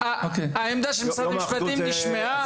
העמדה של משרד המשפטים נשמעה.